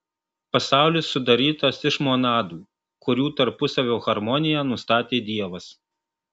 pasaulis sudarytas iš monadų kurių tarpusavio harmoniją nustatė dievas